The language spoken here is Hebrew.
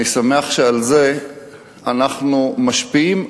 אני שמח שעל זה אנחנו משפיעים,